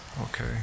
Okay